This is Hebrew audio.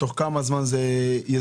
תוך כמה זמן זה ייושם?